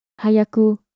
Hayaku